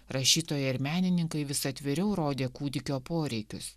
rašytojai ir menininkai vis atviriau rodė kūdikio poreikius